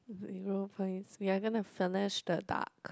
zero points we're gonna finish the duck